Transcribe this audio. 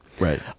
right